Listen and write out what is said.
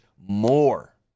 more